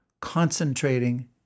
concentrating